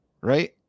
right